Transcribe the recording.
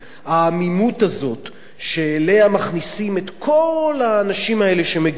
העמימות הזאת שאליה מכניסים את כל האנשים האלה שמגיעים,